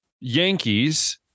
Yankees